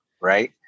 right